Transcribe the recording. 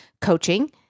coaching